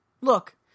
Look